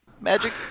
Magic